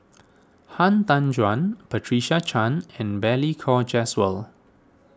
Han Tan Juan Patricia Chan and Balli Kaur Jaswal